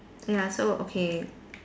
ya so okay